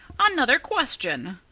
another question!